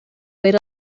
wait